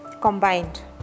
combined